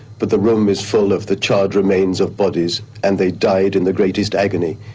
but the room is full of the charred remains of bodies and they died in the greatest agony.